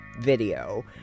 video